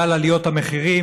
על גל עליות המחירים.